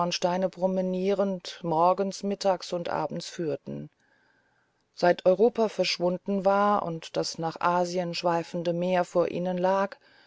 promenierend morgens mittags und abends führten seit europa verschwunden war und das nach asien schweifende meer vor ihnen lag